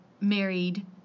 married